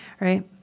Right